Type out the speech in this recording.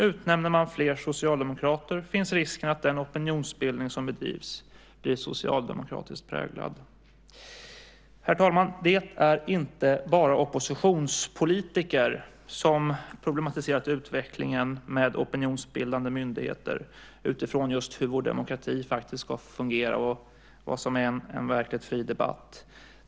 Utnämner man fler socialdemokrater finns risken att den opinionsbildning som bedrivs blir socialdemokratiskt präglad. Herr talman! Det är inte bara oppositionspolitiker som problematiserat utvecklingen med opinionsbildande myndigheter just utifrån hur vår demokrati faktiskt ska fungera och utifrån vad som är en verkligt fri debatt.